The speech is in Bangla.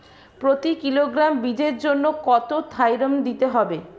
প্রতি কিলোগ্রাম বীজের জন্য কত থাইরাম দিতে হবে?